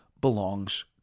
belongs